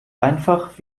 einfach